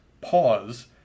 Pause